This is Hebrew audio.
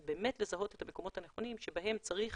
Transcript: באמת לזהות את המקומות הנכונים שבהם צריך